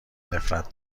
نفرت